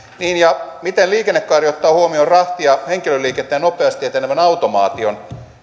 niin ja miten liikennekaari ottaa huomioon rahti ja henkilöliikenteen nopeasti etenevän automaation